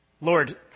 Lord